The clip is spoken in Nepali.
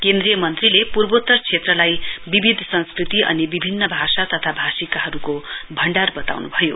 केन्द्रीय मन्त्रीले पूर्वोत्तर क्षेत्रलाई विविध संस्कृति अनि विभिन्न भाषा तथा भाषिकाहरूको भण्डार वताउनु भयो